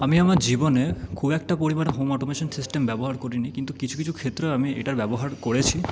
আমি আমার জীবনে খুব একটা পরিমাণ হোম অটোমেশান সিস্টেম ব্যবহার করি নি কিন্তু কিছু কিছু ক্ষেত্রে আমি এটার ব্যবহার করেছি